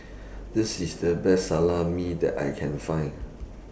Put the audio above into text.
This IS The Best Salami that I Can Find